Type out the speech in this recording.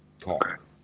talk